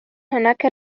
هناك